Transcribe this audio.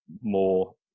more